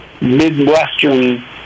Midwestern